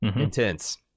intense